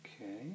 Okay